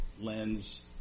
lens